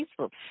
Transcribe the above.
Facebook